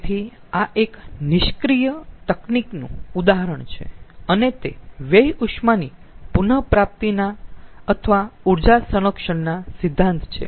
તેથી આ એક નિષ્ક્રીય તકનીકનું ઉદાહરણ છે અને તે વ્યય ઉષ્માની પુન પ્રાપ્તિ અથવા ઊર્જા સંરક્ષણના સિદ્ધાંત છે